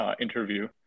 interview